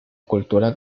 cultura